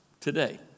today